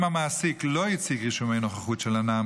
אם המעסיק לא הציג רישומי נוכחות של הנער